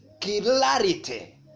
clarity